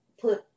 put